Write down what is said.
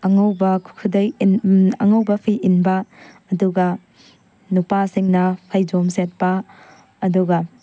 ꯑꯉꯧꯕ ꯑꯉꯧꯕ ꯐꯤ ꯏꯟꯕ ꯑꯗꯨꯒ ꯅꯨꯄꯥꯁꯤꯡꯅ ꯐꯩꯖꯣꯝ ꯁꯦꯠꯄ ꯑꯗꯨꯒ